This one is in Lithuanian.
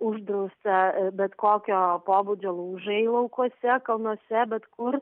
uždrausta bet kokio pobūdžio laužai laukuose kalnuose bet kur